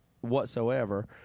whatsoever